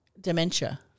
dementia